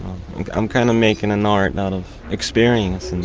i'm kind of making an art out of experiencing this